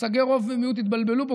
מושגי "רוב" ו"מיעוט" התבלבלו פה,